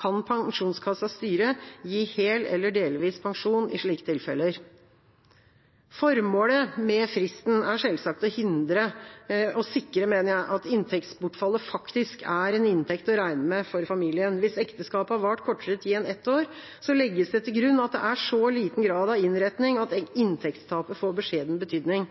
kan Pensjonskassens styre gi hel eller delvis pensjon i slike tilfeller. Formålet med fristen er selvsagt å sikre at inntektsbortfallet faktisk var en inntekt å regne med for familien. Hvis ekteskapet har vart kortere tid enn ett år, legges det til grunn at det er så liten grad av innretning at inntektstapet får beskjeden betydning.